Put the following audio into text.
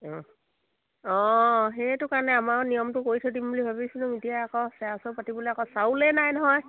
অঁ অঁ সেইটো কাৰণে আমাৰ নিয়মটো কৰি থৈ দিম বুলি ভাবিছিলো এতিয়া আকৌ চেৰা চৰ পাতিলে আকৌ চাউলেই নাই নহয়